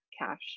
cash